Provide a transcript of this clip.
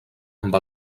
amb